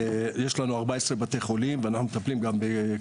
כבר הרבה שנים, גם